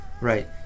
Right